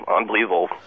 unbelievable